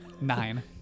nine